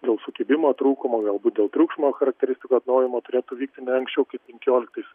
dėl sukibimo trūkumo galbūt dėl triukšmo charakteristikų atnaujimo turėtų vykti ne anksčiau kaip penkioliktais